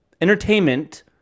entertainment